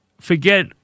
forget